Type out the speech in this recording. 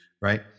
right